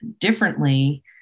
differently